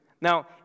Now